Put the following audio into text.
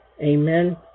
Amen